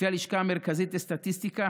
לפי הלשכה המרכזית לסטטיסטיקה,